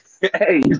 Hey